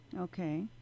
Okay